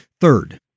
Third